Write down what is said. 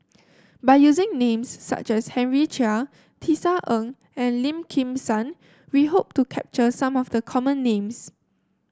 by using names such as Henry Chia Tisa Ng and Lim Kim San we hope to capture some of the common names